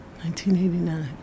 1989